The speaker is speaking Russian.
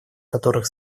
которых